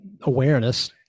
awareness